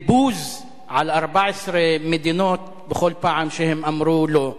ובוז על 14 מדינות בכל פעם שהן אמרו "לא"